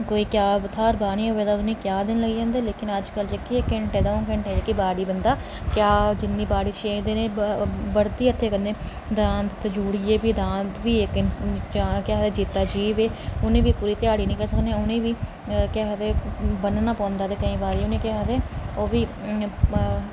कोई क्या थाह्र बाह्नी होऐ ते क्या दिन लग्गी जंदे हे लेकिन अज्जकल जेह्की घैंटे दंऊ घैंटे बाड़ी जेह्का बंदा क्या जिन्नी छे दिनें च बढदी हत्थें कन्नै दांद जुगड़ियै दांद बी इक्क कन्नै केह् आक्खदे जिंदा जीव ऐ उनेंगी बी पूरी ध्याड़ी लाई सकदे उनें बी केह् आक्खदे बनना पौंदा ते केईं बारी उनेंगी केह् आक्खदे